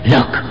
Look